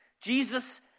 Jesus